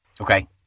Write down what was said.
Okay